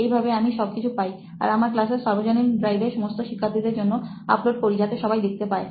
এই ভাবে আমি সবকিছু পাই আর আমার ক্লাসের সার্বজনীন ড্রাইভে সমস্ত শিক্ষার্থীদের জন্য আপলোড করি যাতে সবাই দেখতে পায়